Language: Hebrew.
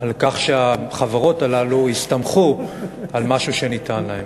על כך שהחברות הללו הסתמכו על משהו שניתן להן.